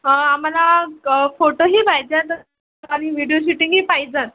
आम्हाला फोटोही पाहिजेत आणि व्हिडीओ शुटिंगही पाहिजेत